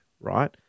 right